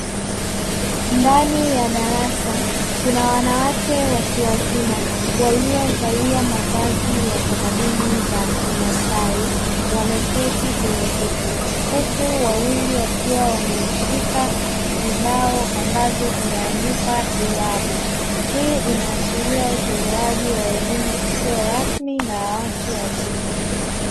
Ndani ya arasa kuna wanawake watu wazima waliovalia mavazi ya tamaduni za kmasai, wameketi kwenye viti huku wawili wakiwa wameshika vibao ambavyo vimeandikwa irabu, hii inaashiria utolewaji wa elimu isio rasmi na ya watu wazima.